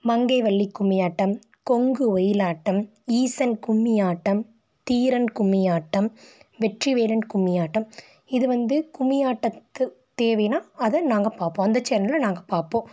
மங்கை வள்ளி கும்மி ஆட்டம் கொங்கு ஒயில் ஆட்டம் ஈசல் கும்மி ஆட்டம் தீரன் கும்மி ஆட்டம் வெற்றி வீரன் கும்மி ஆட்டம் இது வந்து கும்மி ஆட்டத்து தேவைன்னால் அதை நாங்கள் பார்ப்போம் அந்த சேனலை நாங்கள் பார்ப்போம்